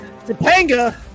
Topanga